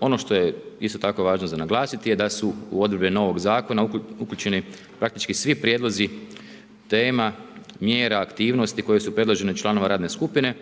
Ono što je isto tako važno za naglasiti je da su u odredbe novog zakona uključeni praktički svi prijedlozi tema, mjera, aktivnosti koje su predložene od članova radne skupine,